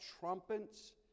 trumpets